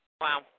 Wow